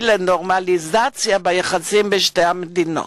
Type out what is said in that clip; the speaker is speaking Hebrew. ל"נורמליזציה" ביחסים בין שתי המדינות.